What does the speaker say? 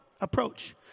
approach